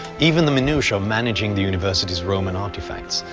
even the minutiae of managing the university's roman artifacts,